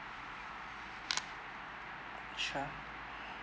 sure